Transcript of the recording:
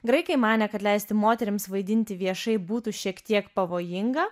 graikai manė kad leisti moterims vaidinti viešai būtų šiek tiek pavojinga